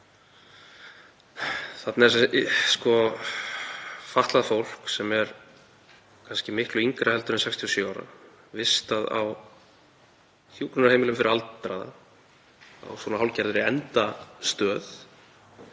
Þarna er fatlað fólk sem er kannski miklu yngra en 67 ára vistað á hjúkrunarheimilum fyrir aldraða, á svona hálfgerðri endastöð